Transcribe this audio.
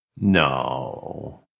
No